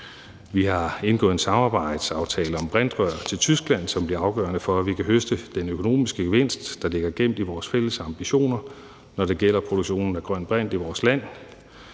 Vi har indgået en samarbejdsaftale om brintrør til Tyskland, som bliver afgørende for, at vi kan høste den økonomiske gevinst, der ligger gemt i vores fælles ambitioner, når det gælder produktionen af grøn brint i vores land.